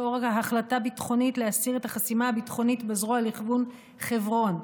לאור החלטה ביטחונית להסיר את החסימה הביטחונית בזרוע לכיוון חברון,